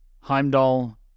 Heimdall